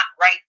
right